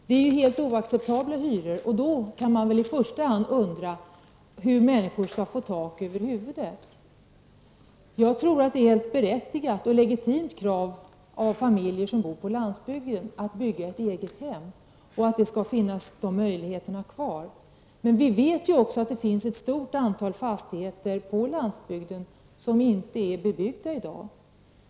Det är helt oacceptabla hyror. Då kan man i första hand undra hur människor skall få tak över huvudet. Jag tror att det är ett berättigat och helt legitimt krav att familjer som bor på landsbygden skall kunna bygga ett eget hem och att de möjligheterna skall få finnas kvar. Men vi vet att det finns ett stort antal fastigheter på landsbygden som inte är bebyggda i dag.